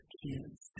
kids